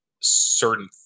certain